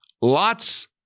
lots